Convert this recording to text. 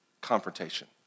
confrontation